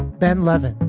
ben levin,